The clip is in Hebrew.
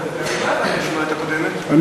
זאת לא הייתה המשמרת הקודמת,